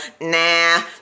Nah